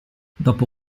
dopo